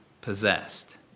possessed